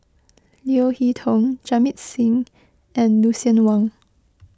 Leo Hee Tong Jamit Singh and Lucien Wang